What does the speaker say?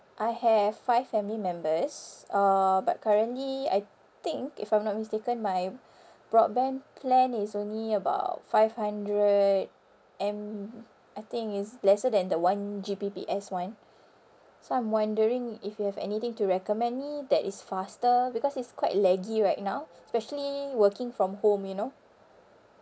I have five family members uh but currently I think if I'm not mistaken my broadband plan is only about five hundred M I think it's lesser than the one G_B_P_S [one] so I'm wondering if you have anything to recommend me that is faster because it's quite laggy right now especially working from home you know